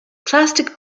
plastic